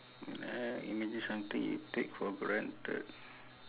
wait eh imagine something you take for granted